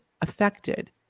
affected